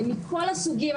מכל הסוגים.